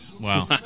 Wow